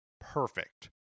perfect